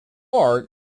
are